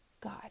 God